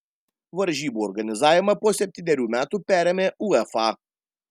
varžybų organizavimą po septynerių metų perėmė uefa